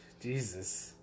Jesus